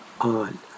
on